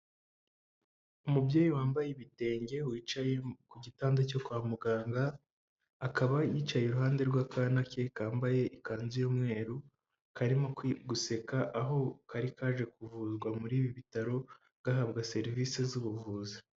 Umubyeyi wambaye ibitenge, wicaye ku gitanda cyo kwa muganga, akaba yicaye iruhande rw'akana ke kambaye ikanzu y'umweru, karimo guseka, aho kari kaje kuvuzwa muri ibi bitaro, gahabwa serivise z'ubuvuzi.